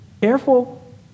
careful